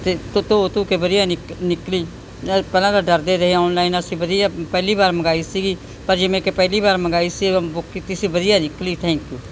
ਅਤੇ ਧੋ ਧੂ ਕੇ ਵਧੀਆ ਨਿਕਲੀ ਨਿਕਲੀ ਪਹਿਲਾਂ ਤਾਂ ਡਰਦੇ ਰਹੇ ਔਨਲਾਈਨ ਅਸੀਂ ਵਧੀਆ ਪਹਿਲੀ ਵਾਰ ਮੰਗਾਈ ਸੀਗੀ ਪਰ ਜਿਵੇਂ ਕਿ ਪਹਿਲੀ ਵਾਰ ਮੰਗਾਈ ਸੀ ਬੁੱਕ ਕੀਤੀ ਸੀ ਵਧੀਆ ਨਿਕਲੀ ਥੈਂਕ ਯੂ